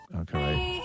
Okay